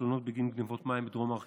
תלונות בגין גנבות מים בדרום הר חברון.